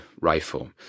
rifle